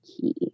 key